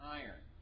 iron